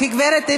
גברת,